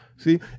See